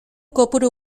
kopuru